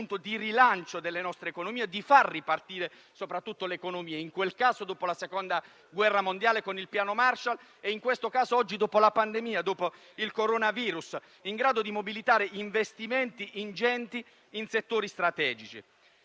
di rilancio della nostra economia, per far ripartire soprattutto l'economia, nel primo caso, dopo la Seconda guerra mondiale, con il Piano Marshall, e, in questo caso, dopo la pandemia e dopo il coronavirus, con un Piano in grado di mobilitare investimenti ingenti in settori strategici.